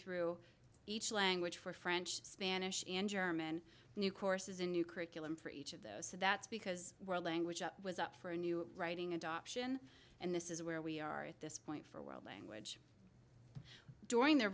through each language for french spanish and german new courses in new curriculum for each of those so that's because we're language i was up for a new writing adoption and this is where we are at this point for world language during their